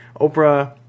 Oprah